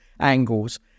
angles